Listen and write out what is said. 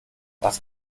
was